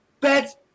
bet